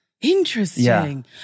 Interesting